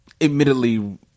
admittedly